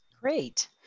Great